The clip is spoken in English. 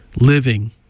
living